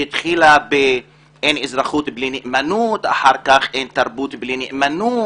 שהתחילה ב"אין אזרחות בלי נאמנות" אחר כך "אין תרבות בלי נאמנות?